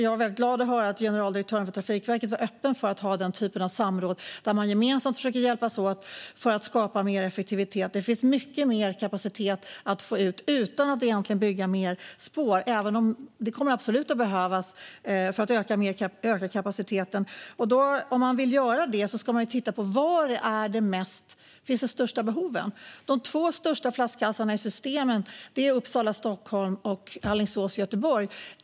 Jag är glad att generaldirektören för Trafikverket var öppen för att ha den typen av samråd, där man gemensamt försöker hjälpas åt för att skapa mer effektivitet. Det finns alltså mycket mer kapacitet att få ut utan att egentligen bygga mer spår - även om det också absolut kommer att behövas för att öka kapaciteten. Om man vill bygga mer spår ska man ju titta på var de största behoven finns. De två största flaskhalsarna i systemet finns på sträckorna Uppsala-Stockholm och Alingsås-Göteborg.